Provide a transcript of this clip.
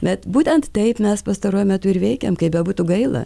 bet būtent taip mes pastaruoju metu ir veikėm kaip bebūtų gaila